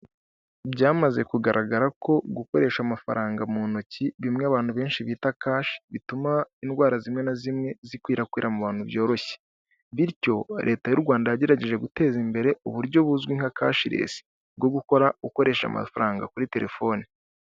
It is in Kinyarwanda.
Byamaze kugaragara ko gukoresha amafaranga mu ntoki bimwe abantu benshi bita kashi bituma indwara zimwe na zimwe zikwirakwira mu bantu byoroshye, bityo leta y'u Rwanda yagerageje guteza imbere uburyo buzwi nka kashilesi bwo gukora ukoresha amafaranga kuri telefoni.